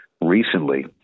recently